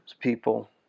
people